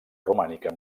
romànica